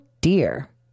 dear